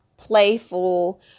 playful